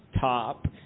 top